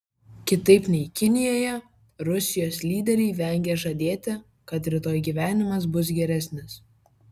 kitaip nei kinijoje rusijos lyderiai vengia žadėti kad rytoj gyvenimas bus geresnis